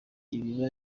ibiba